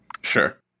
Sure